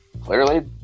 clearly